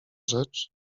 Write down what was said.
rzecz